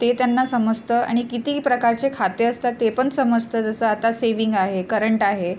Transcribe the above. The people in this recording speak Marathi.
ते त्यांना समजतं आणि कितीही प्रकारचे खाते असतात ते पण समजतं जसं आता सेविंग आहे करंट आहे